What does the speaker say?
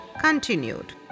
continued